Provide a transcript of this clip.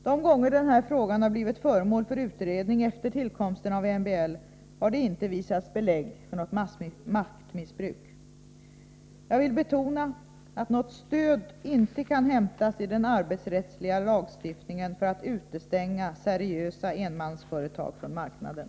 De gånger den här frågan har blivit föremål för utredning efter tillkomsten av MBL har det inte visats belägg för något missbruk. Jag vill betona att något stöd inte kan hämtas i den arbetsrättsliga lagstiftningen för att utestänga seriösa enmansföretag från marknaden.